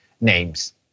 names